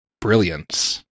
Brilliance